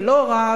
ולא רק,